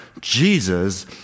Jesus